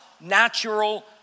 natural